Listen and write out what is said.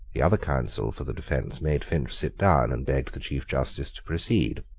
the other counsel for the defence made finch sit down, and begged the chief justice to proceed.